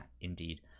indeed